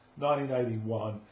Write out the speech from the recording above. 1981